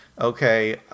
Okay